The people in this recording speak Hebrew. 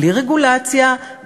בלי רגולציה,